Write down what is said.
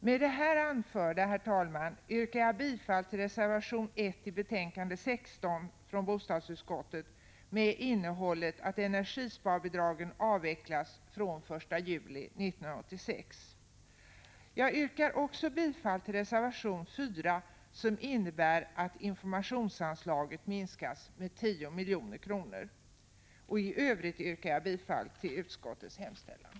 Med det här anförda, herr talman, yrkar jag bifall till reservation 1 i betänkande 16 från bostadsutskottet, med innehållet att energisparbidragen avvecklas från den 1 juli 1986. Jag yrkar också bifall till reservation 4, som innebär att informationsanslaget minskas med 10 milj.kr. I övrigt yrkar jag bifall till utskottets hemställan.